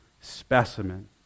specimen